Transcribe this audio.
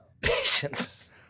patience